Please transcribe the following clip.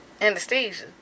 Anesthesia